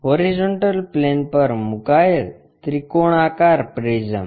horizontal plane પર મૂકાયેલ ત્રિકોણાકાર પ્રિઝમ